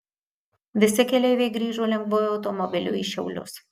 visi keleiviai grįžo lengvuoju automobiliu į šiaulius